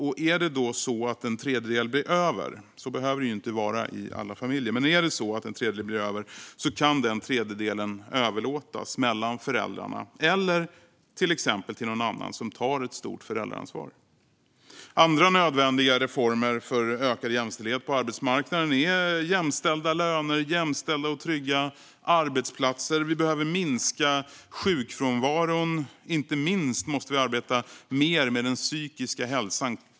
Blir en tredjedel över - så behöver det inte vara i alla familjer - kan den överlåtas mellan föräldrarna eller till exempel till någon annan som tar ett stort föräldraansvar. Andra nödvändiga reformer för ökad jämställdhet på arbetsmarknaden är jämställda löner och jämställda och trygga arbetsplatser. Vi behöver minska sjukfrånvaron. Inte minst måste vi arbeta mer med den psykiska hälsan.